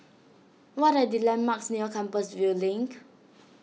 what are the landmarks near Compassvale Link